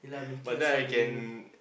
but then I can